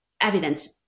evidence